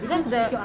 that's the